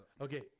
Okay